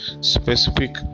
specific